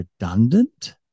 redundant